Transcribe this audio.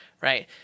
right